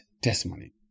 testimony